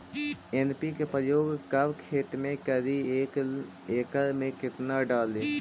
NPK प्रयोग कब खेत मे करि एक एकड़ मे कितना डाली?